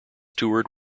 toured